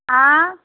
ஆ